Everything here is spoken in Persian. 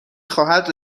خواهد